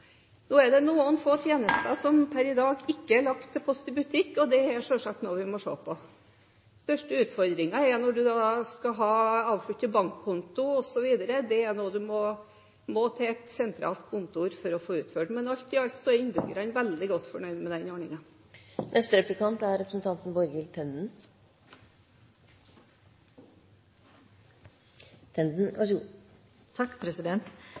er noen få tjenester som per i dag ikke er lagt til Post i Butikk, og det er selvsagt noe vi må se på. Den største utfordringen er når man skal avslutte en bankkonto osv. Det er noe man må til et sentralt kontor for å få utført. Men alt i alt er innbyggerne veldig godt fornøyd med den